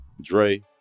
Dre